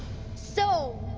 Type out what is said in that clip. so,